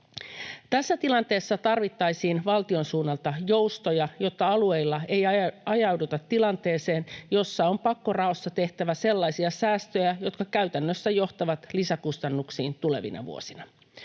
Tässä tilanteessa tarvittaisiin valtion suunnalta joustoja, jotta alueilla ei ajauduta tilanteeseen, jossa on pakkoraossa tehtävä sellaisia säästöjä, jotka käytännössä johtavat lisäkustannuksiin tulevina vuosina.